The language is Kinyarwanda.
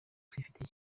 twifitiye